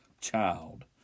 child